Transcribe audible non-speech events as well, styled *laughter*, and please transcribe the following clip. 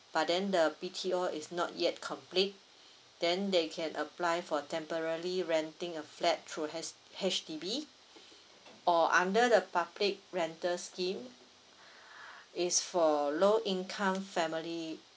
but then the B_T_O is not yet complete then they can apply for temporally renting a flat through H~ H_D_B or under the public rental scheme *breath* it's for low income family